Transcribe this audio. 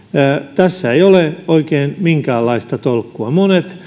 tässä ei ole oikein minkäänlaista tolkkua monet